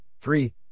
three